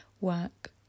work